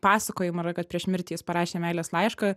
pasakojama yra kad prieš mirtį jis parašė meilės laišką